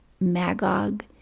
Magog